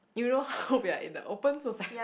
you know how we are in a open society